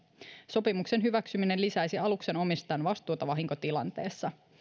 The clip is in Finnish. sopimuksen hyväksyminen lisäisi aluksen omistajan vastuuta vahinkotilanteessa